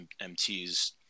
MT's